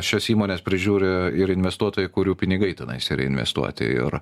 šias įmones prižiūri ir investuotojai kurių pinigai tenais yra investuoti ir